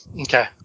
Okay